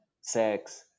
sex